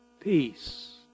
peace